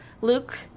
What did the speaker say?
Luke